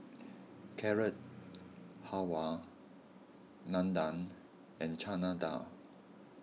Carrot Halwa Unadon and Chana Dal